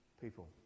people